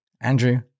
Andrew